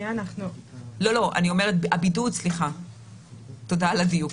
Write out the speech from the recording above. תודה על הדיוק.